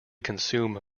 consume